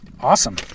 Awesome